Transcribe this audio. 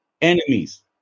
enemies